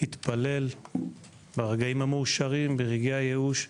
במשך 2,000 שנים והתפלל גם ברגעים מאושרים וגם ברגעי הייאוש.